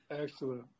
Excellent